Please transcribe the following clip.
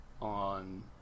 on